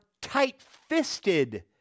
tight-fisted